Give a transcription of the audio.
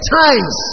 times